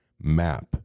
Map